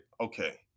Okay